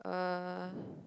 uh